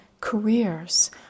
careers